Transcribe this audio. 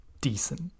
decent